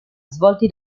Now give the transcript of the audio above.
svolti